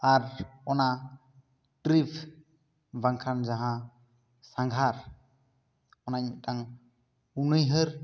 ᱟᱨ ᱚᱱᱟ ᱴᱨᱤᱯᱷ ᱵᱟᱝᱠᱷᱟᱱ ᱡᱟᱦᱟᱸ ᱥᱟᱸᱜᱷᱟᱨ ᱚᱱᱟ ᱢᱤᱫᱴᱟᱝ ᱩᱱᱩᱭᱦᱟᱹᱨ